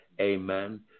Amen